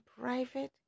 private